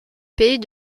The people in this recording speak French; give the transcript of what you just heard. pays